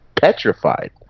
petrified